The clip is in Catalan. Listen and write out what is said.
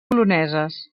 poloneses